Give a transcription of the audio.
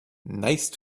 nice